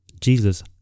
Jesus